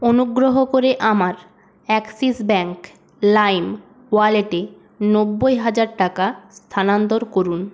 অনুগ্রহ করে আমার অ্যাক্সিস ব্যাঙ্ক লাইম ওয়ালেটে নব্বই হাজার টাকা স্থানান্তর করুন